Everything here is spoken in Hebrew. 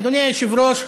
אדוני היושב-ראש,